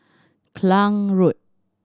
Klang Road